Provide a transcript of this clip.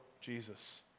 Jesus